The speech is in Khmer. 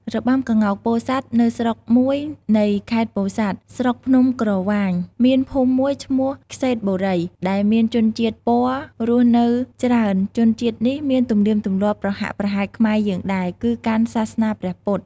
របាំក្ងោកពោធិ៍សាត់នៅស្រុកមួយនៃខេត្តពោធិ៍សាត់គឺ ស្រុកភ្នំក្រវាញមានភូមិមួយឈ្មោះក្សេត្របុរី ដែលមានជនជាតិព័ររស់នៅច្រើន ជនជាតិនេះមានទំនៀមទម្លាប់ប្រហាក់ប្រហែលខ្មែរយើងដែរ គឺកាន់សាសនាព្រះពុទ្ធ។